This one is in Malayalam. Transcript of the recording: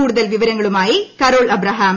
കൂടുതൽ വിവരങ്ങളുമായി കരോൾ അബ്രഹാം